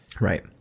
Right